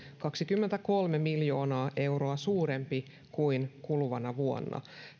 kaksikymmentäkolme miljoonaa euroa suurempi kuin kuluvana vuonna